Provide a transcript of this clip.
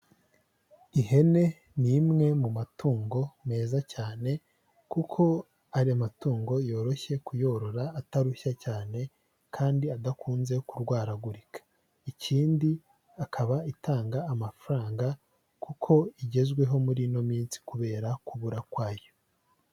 Ihene ni imwe mu matungo meza cyane kuko ari matungo yoroshye kuyorora atarushya cyane kandi adakunze kurwaragurika ikindi akaba itanga amafaranga kuko igezweho muri ino minsi kubera kubura kwayo.